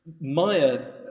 Maya